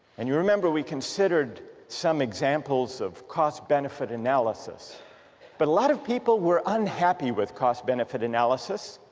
and you remember we considered some examples of cost-benefit analysis but a lot of people were unhappy with cost-benefit analysis